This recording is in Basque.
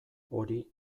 hori